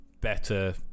better